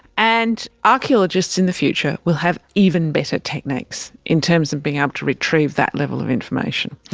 and archaeologists in the future will have even better techniques in terms of being able to retrieve that level of information.